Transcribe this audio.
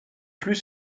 plus